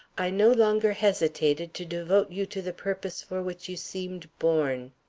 i no longer hesitated to devote you to the purpose for which you seemed born.